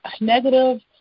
negative